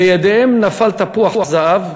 לידיהם נפל תפוח זהב,